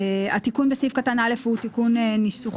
התיקון בסעיף קטן (א) הוא תיקון ניסוחי.